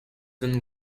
been